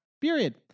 Period